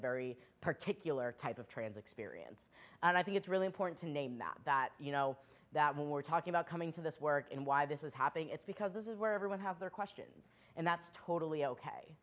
very particular type of trans experience and i think it's really important to name that that you know that when we're talking about coming to this work and why this is happening it's because this is where everyone has their questions and that's totally ok